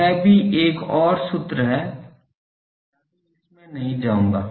यह भी एक और सूत्र है मैं अभी इसमें नहीं जाऊंगा